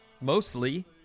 mostly